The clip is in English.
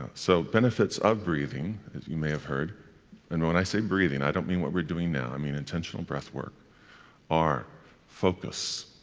so, benefits of breathing as you may have heard and when i say breathing, i don't mean what we're doing now, i mean intentional breath-work are focus,